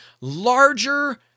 larger